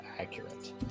accurate